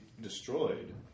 destroyed